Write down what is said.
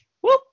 whoop